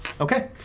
Okay